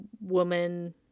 woman